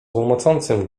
łomocącym